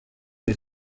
les